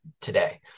today